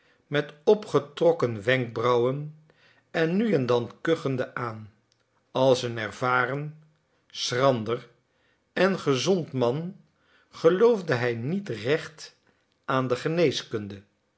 met opgetrokken wenkbrauwen en nu en dan kuchende aan als een ervaren schrander en gezond man geloofde hij niet recht aan de geneeskunde